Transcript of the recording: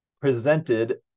presented